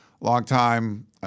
longtime